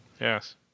Yes